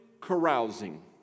carousing